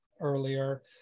earlier